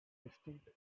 distinct